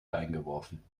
eingeworfen